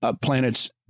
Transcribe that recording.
planet's